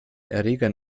erregern